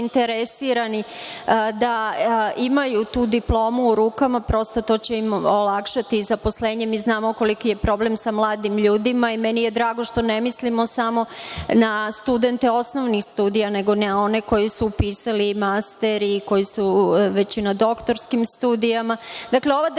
da imaju tu diplomu u rukama. Prosto, to će im olakšati zaposlenje, i znamo koliki je problem sa mladim ljudima. Drago mi je što ne mislimo samo na studente osnovnih studija, nego na one koji su upisali master i koji su već i na doktorskim studijama. Dakle, ova država